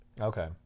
Okay